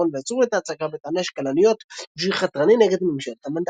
התיאטרון ועצרו את ההצגה בטענה ש"כלניות" הוא שיר חתרני נגד ממשלת המנדט.